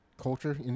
culture